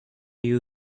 you